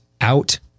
out